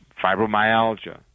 fibromyalgia